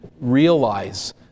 realize